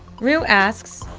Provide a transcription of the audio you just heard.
rui asks,